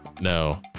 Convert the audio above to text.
no